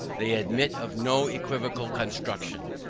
they admit of no equivocal construction.